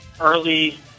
early